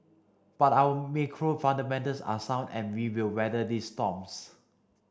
but our macro fundamentals are sound and we will weather these storms